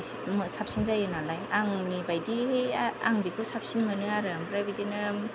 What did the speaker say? इसे साबसिन जायो नालाय आंनिबायदि आं बेखौ साबसिन मोनो आरो ओमफ्राय बिदिनो